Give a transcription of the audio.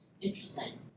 Interesting